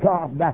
God